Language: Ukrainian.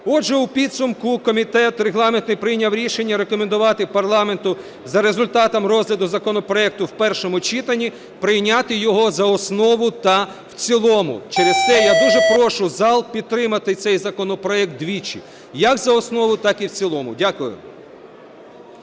Отже, у підсумку комітет регламентний прийняв рішення рекомендувати парламенту за результатом розгляду законопроекту у першому читанні прийняти його за основу та в цілому. Через це я дуже прошу зал підтримати цей законопроект двічі: як за основу, так і в цілому. Дякую.